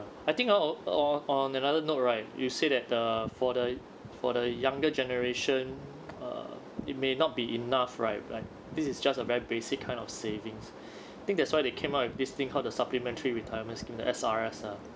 I think o~ o~ on another note right you said that the for the for the younger generation err it may not be enough right but this is just a very basic kind of savings think that's why they came up with this thing called the supplementary retirement scheme the S_R_S ah